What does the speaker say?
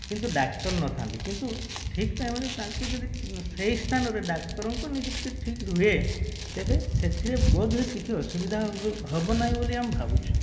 କିନ୍ତୁ ଡ଼ାକ୍ତର ନଥାନ୍ତି କିନ୍ତୁ ଠିକ୍ ଟାଇମ୍ରେ ତାଙ୍କୁ ଯଦି ସେଇ ସ୍ଥାନରେ ଡ଼ାକ୍ତରଙ୍କୁ ନିଯୁକ୍ତି ଠିକ୍ ହୁଏ ତେବେ ସେଥିରେ ବୋଧେ କିଛି ଅସୁବିଧା ହେବ ନାହିଁ ବୋଲି ଆମେ ଭାବୁଛୁ